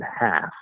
half